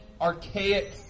archaic